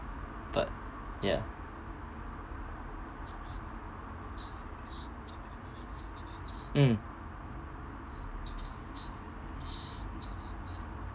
but ya mm